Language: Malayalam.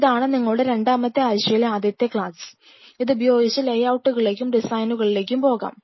ഇതാണ് നിങ്ങളുടെ രണ്ടാമത്തെ ആഴ്ചയിലെ ആദ്യത്തെ ക്ലാസ് ഇതുപയോഗിച്ചു ലേയൌട്ടുകളിലേക്കും ഡിസൈനുകളിലേക്കും പോകാം